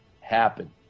happen